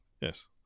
yes